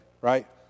right